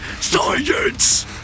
Science